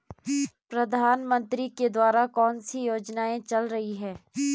प्रधानमंत्री के द्वारा कौनसी योजनाएँ चल रही हैं?